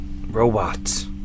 robots